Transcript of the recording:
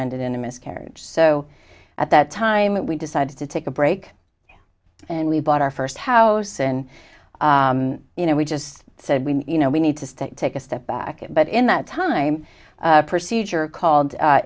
ended in a miscarriage so at that time we decided to take a break and we bought our first house and you know we just said we you know we need to take a step back but in that time procedure called